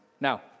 Now